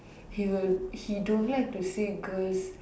he will he don't like to see girls